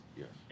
yes